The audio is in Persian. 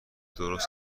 درست